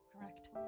correct